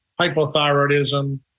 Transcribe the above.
hypothyroidism